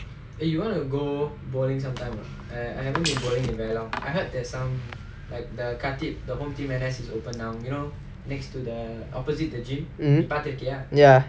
ya